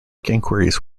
inquiries